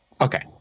Okay